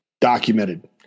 documented